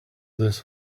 this